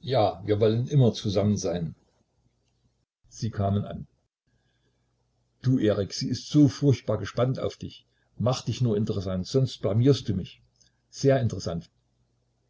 ja wir wollen immer zusammen sein sie kamen an du erik sie ist furchtbar gespannt auf dich mach dich nur interessant sonst blamierst du mich sehr interessant